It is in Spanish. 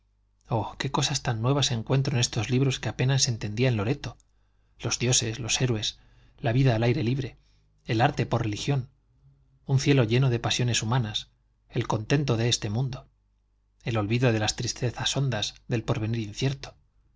oh qué cosas tan nuevas encuentro en estos libros que apenas entendía en loreto los dioses los héroes la vida al aire libre el arte por religión un cielo lleno de pasiones humanas el contento de este mundo el olvido de las tristezas hondas del porvenir incierto